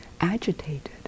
agitated